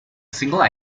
single